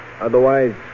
Otherwise